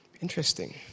Interesting